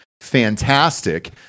fantastic